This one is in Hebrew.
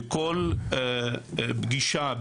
בכל פגישה,